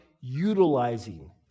utilizing